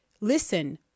listen